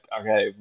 okay